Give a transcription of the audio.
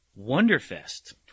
Wonderfest